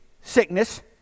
sickness